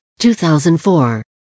2004